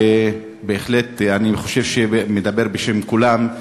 ואני בהחלט חושב שאני מדבר בשם כולם,